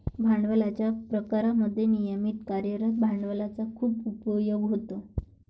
भांडवलाच्या प्रकारांमध्ये नियमित कार्यरत भांडवलाचा खूप उपयोग होतो